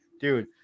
dude